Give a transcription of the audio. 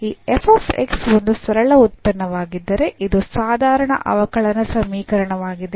ಈ f x ಒಂದು ಸರಳ ಉತ್ಪನ್ನವಾಗಿದ್ದರೆ ಇದು ಸಾಧಾರಣ ಅವಕಲನ ಸಮೀಕರಣವಾಗಿದೆ